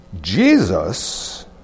Jesus